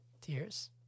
tears